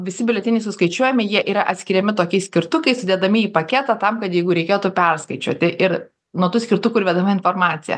visi biuleteniai suskaičiuojami jie yra atskiriami tokiais skirtukais sudedami į paketą tam kad jeigu reikėtų perskaičiuoti ir nuo tų skirtukų ir vedama informacija